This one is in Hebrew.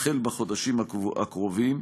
תחל בחודשים הקרובים.